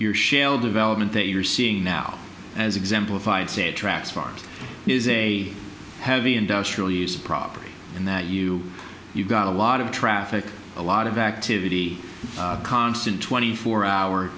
your shale development that you're seeing now as exemplified say trax farms is a heavy industrial use property and that you you've got a lot of traffic a lot of activity constant twenty four hour